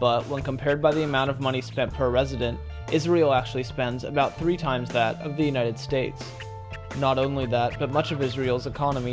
but when compared by the amount of money spent per resident israel actually spends about three times that of the united states not only that but much of israel's economy